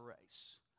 race